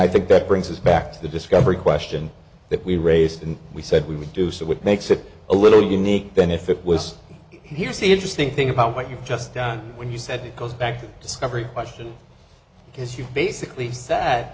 i think that brings us back to the discovery question that we raised and we said we would do so it makes it a little unique then if it was here's the interesting thing about what you've just done when you said it goes back to discovery question because you basically